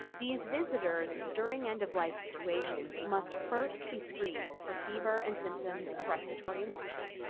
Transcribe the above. these visitors during end-of-life situations must first be screened for fever and symptoms of respiratory infection.